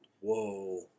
whoa